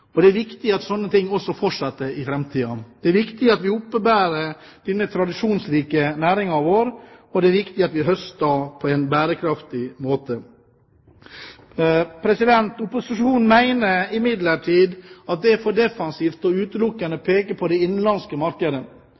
kaikanten. Det er viktig at sånne ting fortsetter i framtiden. Det er viktig at vi oppebærer denne tradisjonsrike næringen vår, og det er viktig at vi høster på en bærekraftig måte. Opposisjonen mener imidlertid at det er for defensivt utelukkende å peke på det innenlandske markedet.